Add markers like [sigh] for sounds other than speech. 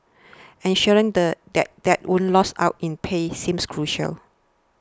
[noise] ensuring the that dads would lose out in pay seems crucial